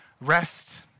rest